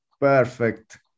Perfect